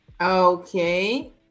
Okay